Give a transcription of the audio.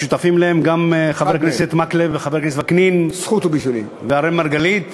ששותפים להם גם חבר הכנסת מקלב וחבר הכנסת וקנין ואראל מרגלית,